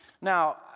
Now